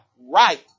right